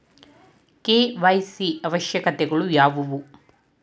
KYC ಅವಶ್ಯಕತೆಗಳು ಯಾವುವು?